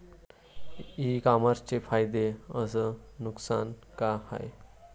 इ कामर्सचे फायदे अस नुकसान का हाये